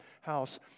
house